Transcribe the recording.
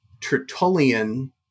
Tertullian